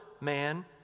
man